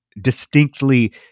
distinctly